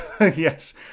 Yes